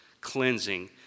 cleansing